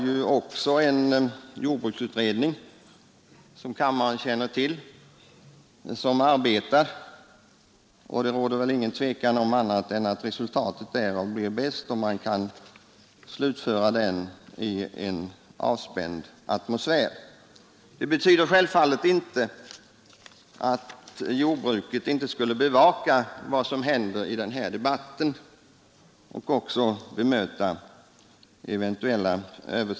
Som kammaren känner till har det också tillsatts en jordbruksutredning, och det råder väl inget tvivel om att resultatet blir bäst om den kan slutföra sitt arbete i en avspänd atmosfär. Det betyder självfallet inte att jordbruket inte skulle bevaka jordbruksdebatten och bemöta övertramp där.